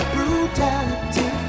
Brutality